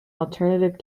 alternative